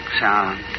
sound